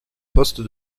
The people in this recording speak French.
poste